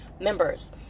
members